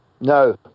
no